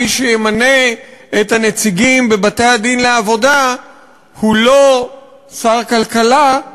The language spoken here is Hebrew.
מי שימנה את הנציגים בבתי-הדין לעבודה הוא לא שר הכלכלה,